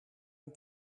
een